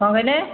କ'ଣ କହିଲେ